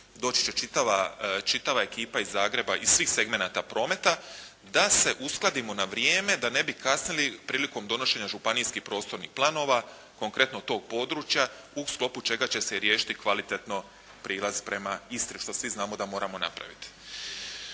doći će čitava ekipa iz Zagreba iz svih segmenata prometa, da se uskladimo na vrijeme da ne bi kasnili prilikom donošenja županijskih prostornih planova, konkretnog tog područja u sklopu čega će se riješiti kvalitetno prilaz prema Istri što svi znamo da moramo napraviti.